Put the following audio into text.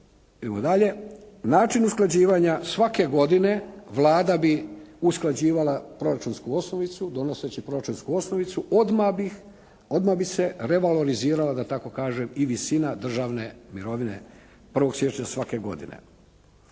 Idemo dalje. Način usklađivanja svake godine Vlada bi usklađivala proračunsku osnovicu donoseći proračunsku osnovicu. Odmah bi se revalorizirala da tako kažem i visina državne mirovine 1. siječnja svake godine.